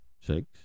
six